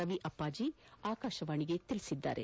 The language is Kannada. ರವಿ ಅಪ್ಪಾಜಿ ಆಕಾಶವಾಣಿಗೆ ತಿಳಿಸಿದ್ದಾರೆ